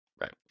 right